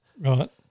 Right